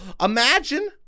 Imagine